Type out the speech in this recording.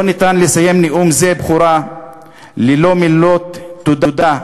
לא ניתן לסיים נאום בכורה זה ללא מילות תודה,